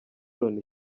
loni